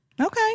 Okay